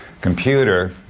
computer